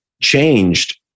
changed